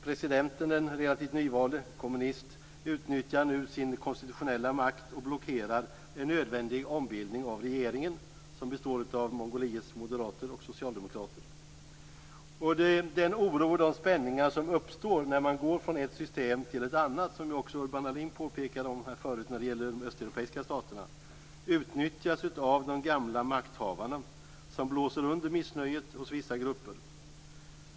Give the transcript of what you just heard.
Presidenten, den relativt nyvalde, som är kommunist utnyttjar nu sin konstitutionella makt och blockerar en nödvändig ombildning av regeringen som består av Den oro och de spänningar som uppstår när man går från ett system till ett annat, som också Urban Ahlin påpekade här förut när det gällde de östeuropeiska staterna, utnyttjas av de gamla makthavarna som blåser under missnöjet hos vissa grupper.